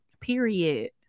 Period